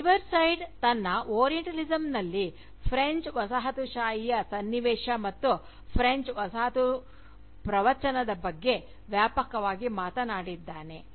Edward Said ತನ್ನ orientalism ನಲ್ಲಿ French ವಸಾಹತುಶಾಹಿಯ ಸನ್ನಿವೇಶ ಮತ್ತು ಫ್ರೆಂಚ್ ವಸಾಹತು ಪ್ರವಚನದ ಬಗ್ಗೆ ವ್ಯಾಪಕವಾಗಿ ಮಾತನಾಡಿದ್ದಾನೆ